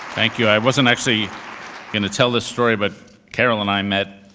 thank you, i wasn't actually gonna tell this story, but carol and i met,